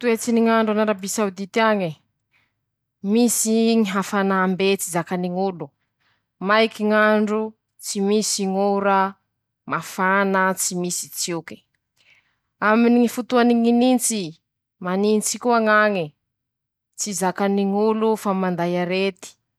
Toetsy ny ñ'andro an'Araby saodity añy: Misy ñy hafanàmbe tsy zakany ñ'olo, maiky ñ'andro tsy misy ñ'ora, mafana tsy misy tsioky, aminy ñy fotoany ñy nintsy, manintsy koa ñañe, tsy zakany ñ'olo fa manday arety.